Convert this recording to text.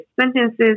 sentences